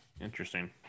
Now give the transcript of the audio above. Interesting